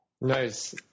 Nice